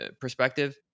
perspective